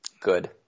good